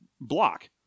block